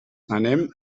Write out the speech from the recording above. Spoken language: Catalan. anem